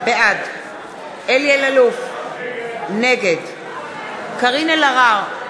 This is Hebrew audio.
בעד אלי אלאלוף, נגד קארין אלהרר,